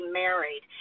married